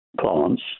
plants